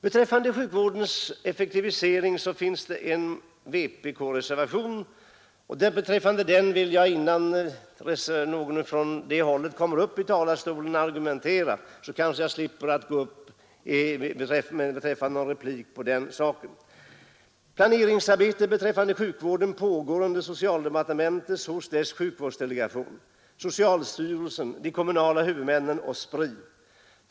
Det finns en vpk-reservation som gäller sjukvårdens effektivisering. Jag kommenterar den innan någon från det hållet kommer upp i talarstolen och argumenterar, så kanske jag slipper att gå upp i replik om den saken. Planeringsarbetet beträffande sjukvården pågår under socialdepartementet hos dess sjukvårdsdelegation, hos socialstyrelsen, de kommunala huvudmännen och Spri.